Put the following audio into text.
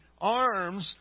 arms